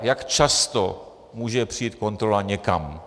Jak často může přijít kontrola někam?